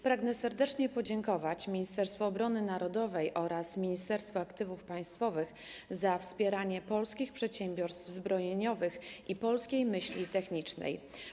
Pragnę serdecznie podziękować Ministerstwu Obrony Narodowej oraz Ministerstwu Aktywów Państwowych za wspieranie polskich przedsiębiorstw zbrojeniowych i polskiej myśli technicznej.